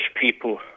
people